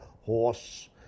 horse